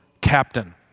captain